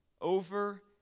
over